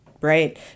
right